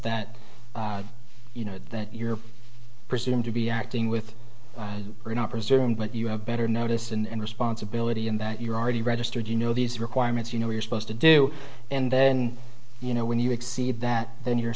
that you know that you're presumed to be acting with or not presume that you have better notice and responsibility and that you're already registered you know these requirements you know you're supposed to do and then you know when you exceed that then you're